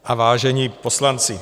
... a vážení poslanci.